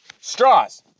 Straws